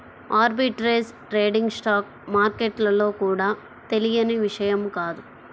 arbitrage trading stock మార్కెట్లలో కూడా తెలియని విషయం కాదు